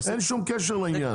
אין שום קשר לעניין.